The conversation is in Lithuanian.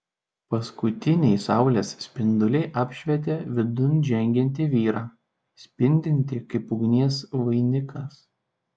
paskutiniai saulės spinduliai apšvietė vidun žengiantį vyrą spindintį kaip ugnies vainikas